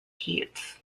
heats